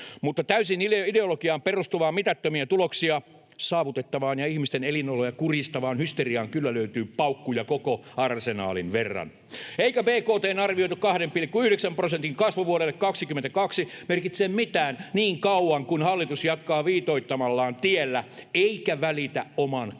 mutta täysin ideologiaan perustuvaan mitättömiä tuloksia saavutettavaan ja ihmisten elinoloja kurjistavaan hysteriaan kyllä löytyy paukkuja koko arsenaalin verran. Eikä bkt:n arvioitu 2,9 prosentin kasvu vuodelle 22 merkitse mitään niin kauan kuin hallitus jatkaa viitoittamallaan tiellä eikä välitä oman kansan